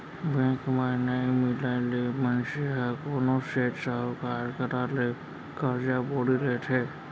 bank म नइ मिलय ले मनसे ह कोनो सेठ, साहूकार करा ले करजा बोड़ी लेथे